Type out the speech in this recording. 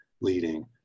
leading